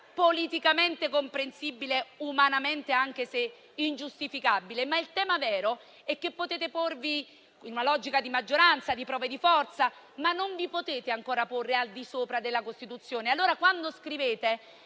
e umanamente comprensibile, anche se ingiustificabile. Il tema vero è che potete porvi in una logica di maggioranza e di prove di forza, ma non vi potete ancora porre al di sopra della Costituzione. Allora, quando scrivete